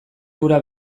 hura